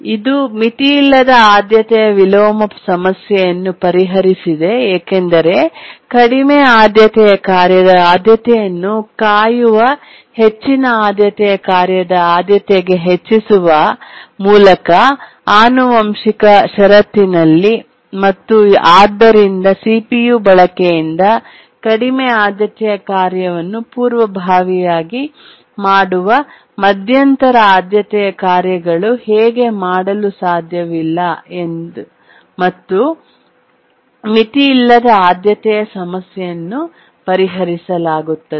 ಇದು ಮಿತಿಯಿಲ್ಲದ ಆದ್ಯತೆಯ ವಿಲೋಮ ಸಮಸ್ಯೆಯನ್ನು ಪರಿಹರಿಸಿದೆ ಏಕೆಂದರೆ ಕಡಿಮೆ ಆದ್ಯತೆಯ ಕಾರ್ಯದ ಆದ್ಯತೆಯನ್ನು ಕಾಯುವ ಹೆಚ್ಚಿನ ಆದ್ಯತೆಯ ಕಾರ್ಯದ ಆದ್ಯತೆಗೆ ಹೆಚ್ಚಿಸುವ ಮೂಲಕ ಆನುವಂಶಿಕ ಷರತ್ತಿನಲ್ಲಿ ಮತ್ತು ಆದ್ದರಿಂದ ಸಿಪಿಯು ಬಳಕೆಯಿಂದ ಕಡಿಮೆ ಆದ್ಯತೆಯ ಕಾರ್ಯವನ್ನು ಪೂರ್ವಭಾವಿಯಾಗಿ ಮಾಡುವ ಮಧ್ಯಂತರ ಆದ್ಯತೆಯ ಕಾರ್ಯಗಳು ಹಾಗೆ ಮಾಡಲು ಸಾಧ್ಯವಿಲ್ಲ ಮತ್ತು ಆದ್ದರಿಂದ ಮಿತಿಯಿಲ್ಲದ ಆದ್ಯತೆಯ ಸಮಸ್ಯೆಯನ್ನು ಪರಿಹರಿಸಲಾಗುತ್ತದೆ